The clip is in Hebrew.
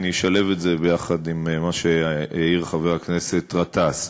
ואני אשלב את זה במה שהעיר חבר הכנסת גטאס.